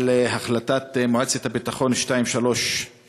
על החלטת מועצת הביטחון 2334,